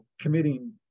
committing